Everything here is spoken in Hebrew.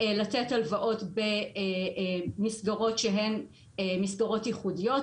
לתת הלוואות במסגרות שהן מסגרות ייחודיות,